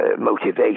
motivation